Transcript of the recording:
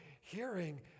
hearing